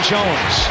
Jones